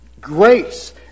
grace